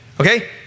Okay